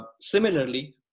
similarly